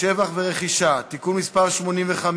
מילואים ולבני משפחותיהם (תיקון מס' 7),